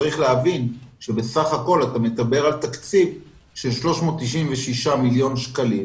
צריך להבין שבסך הכול אתה מדבר על תקציב של 396 מיליון שקלים.